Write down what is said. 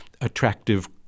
attractive